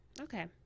okay